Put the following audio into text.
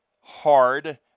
hard